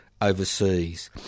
overseas